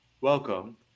welcome